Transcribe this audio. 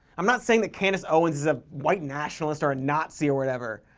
i'm not saying that candace owens is a white nationalist or a nazi or whatever.